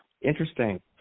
Interesting